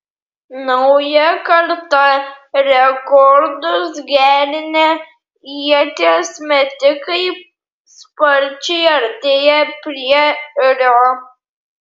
nauja karta rekordus gerinę ieties metikai sparčiai artėja prie rio